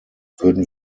würden